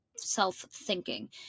self-thinking